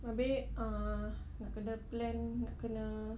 habis uh nak kena plan nak kena